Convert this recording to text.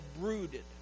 brooded